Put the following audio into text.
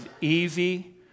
easy